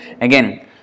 again